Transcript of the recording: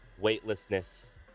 weightlessness